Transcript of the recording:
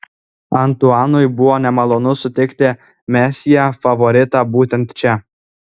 antuanui buvo nemalonu sutikti mesjė favoritą būtent čia